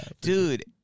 Dude